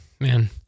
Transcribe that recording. man